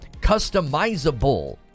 customizable